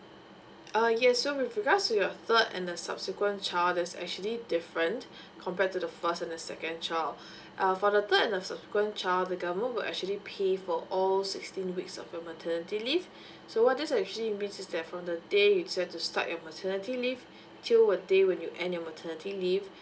uh yes so with regards to your third and the subsequent child that's actually different compared to the first and the second child uh for the third and the subsequent child the government will actually pay for all sixteen weeks of maternity leave so what this actually means is that from the day which you have to start your maternity leave till a day when you end your maternity leave